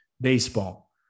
baseball